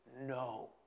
no